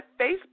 Facebook